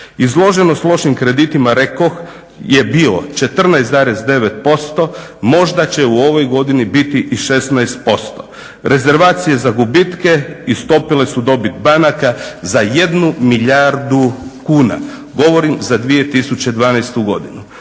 Izloženost lošim kreditima rekoh je bilo 14,9%, možda će u ovoj godini biti i 16%. Rezervacije za gubitke istopile su dobit banaka za 1 milijardu kuna, govorim za 2012. godinu.